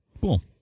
Cool